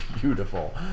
beautiful